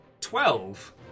Twelve